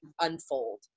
unfold